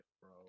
bro